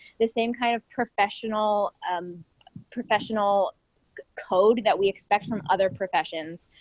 the same kind of professional um professional code that we expect from other professions.